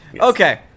Okay